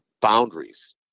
boundaries